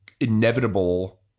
inevitable